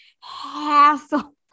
hassle